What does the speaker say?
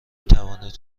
توانید